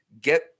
get